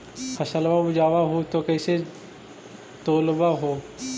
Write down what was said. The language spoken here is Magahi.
फसलबा उपजाऊ हू तो कैसे तौउलब हो?